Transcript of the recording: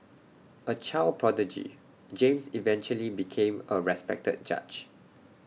A child prodigy James eventually became A respected judge